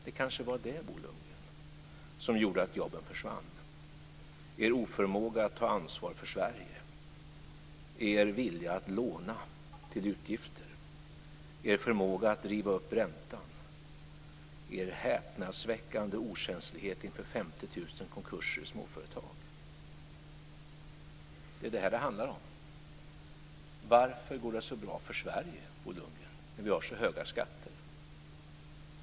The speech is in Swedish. Det kanske var det, Bo Lundgren, som gjorde att jobben försvann - er oförmåga att ta ansvar för Sverige, er vilja att låna till utgifter, er förmåga att driva upp räntan och er häpnadsväckande okänslighet inför 50 000 konkurser i småföretag. Det är detta som det handlar om. Varför går det så bra för Sverige, Bo Lundgren, när vi har så höga skatter?